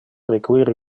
require